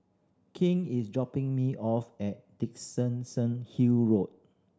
king is dropping me off at Dickenson Hill Road